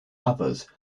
others